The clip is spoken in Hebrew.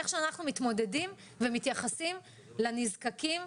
איך שאנחנו מתמודדים ומתייחסים לנזקקים,